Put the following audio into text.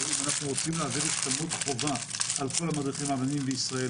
אם אנחנו רוצים --- השתלמות חובה על כל המדריכים והמאמנים בישראל,